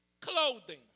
clothing